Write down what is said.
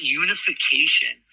unification